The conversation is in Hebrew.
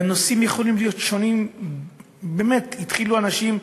והנושאים יכולים להיות שונים, באמת התחילו אנשים,